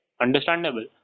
understandable